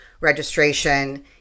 registration